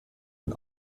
und